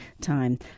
time